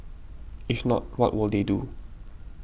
if not what will they do